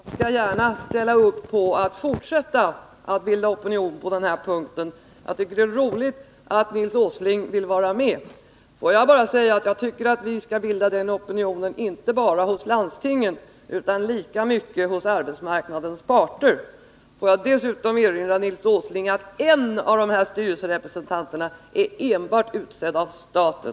Herr talman! Jag skall gärna ställa upp för att fortsätta att bilda opinion på den punkten, och jag tycker det är roligt att Nils Åsling vill vara med. Får jag bara säga att jag tycker att vi skall bilda den opinionen inte bara hos landstingen, utan lika mycket hos arbetsmarknadens parter. Får jag dessutom erinra Nils Åsling om att en av styrelserepresentanterna är utsedd enbart av staten.